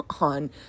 on